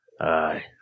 Aye